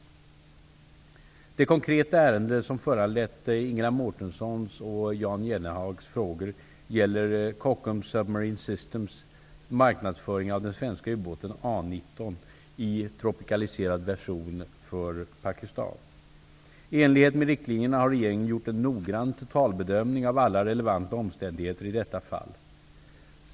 Det konkreta ärende som föranlett Ingela Pakistan. I enlighet med riktlinjerna har regeringen gjort en noggrann totalbedömning av alla relevanta omständigheter i detta fall.